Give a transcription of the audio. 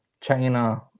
China